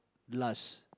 last